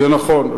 זה נכון.